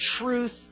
truth